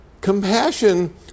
Compassion